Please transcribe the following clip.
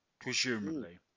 presumably